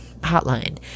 hotline